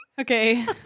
Okay